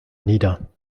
nieder